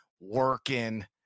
working